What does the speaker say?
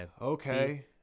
okay